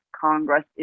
Congress